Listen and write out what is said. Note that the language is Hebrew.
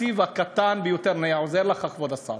התקציב הקטן ביותר, אני עוזר לך, כבוד השר,